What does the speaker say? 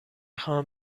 خواهم